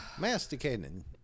masticating